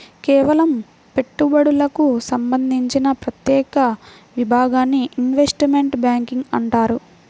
కేవలం పెట్టుబడులకు సంబంధించిన ప్రత్యేక విభాగాన్ని ఇన్వెస్ట్మెంట్ బ్యేంకింగ్ అంటారు